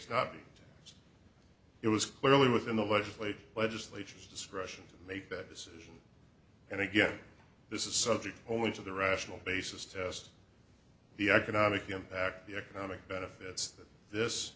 not it was clearly within the legislative legislature's discretion to make that decision and again this is subject only to the rational basis test the economic impact the economic benefits that